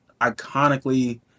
iconically